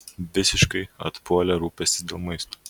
visiškai atpuolė rūpestis dėl maisto